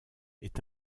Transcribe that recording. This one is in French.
est